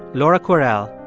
laura kwerel,